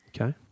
Okay